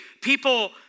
people